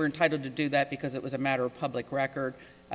were entitled to do that because it was a matter of public record